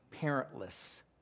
parentless